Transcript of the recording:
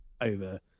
over